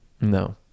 No